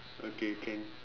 okay can